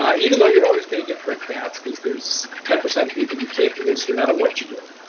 even though you're always going to get brickbats because there's ten percent of people you can't convince no matter what you do.